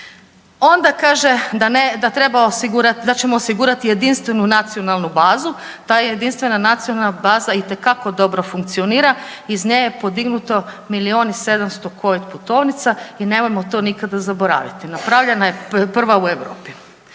Onda kaže da ćemo osigurati jedinstvenu nacionalnu bazu. Ta je jedinstvena nacionalna baza itekako dobro funkcionira. Iz nje je podignutno milijun i 700 covid putovnica i nemojmo to nikada zaboraviti, napravljena je prva u Europi.